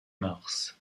mars